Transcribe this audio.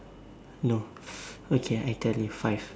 no okay I tell you five